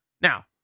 Now